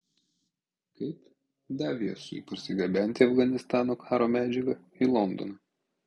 kaip daviesui parsigabenti afganistano karo medžiagą į londoną